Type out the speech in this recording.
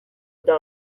eta